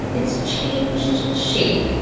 it's changed shape.